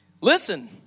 Listen